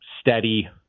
steady